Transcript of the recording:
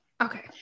Okay